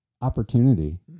opportunity